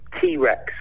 T-Rex